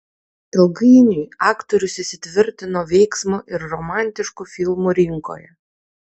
ilgainiui aktorius įsitvirtino veiksmo ir romantiškų filmų rinkoje